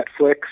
Netflix